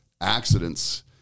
accidents